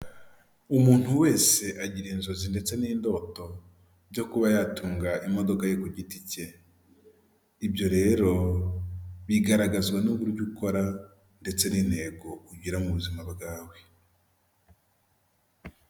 Umuntu wese agira inzozi ndetse n'indoto, byo kuba yatunga imodoka ye ku giti cye. Ibyo rero bigaragazwa n'uburyo ukora, ndetse n'intego ugira mu buzima bwawe.